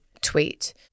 tweet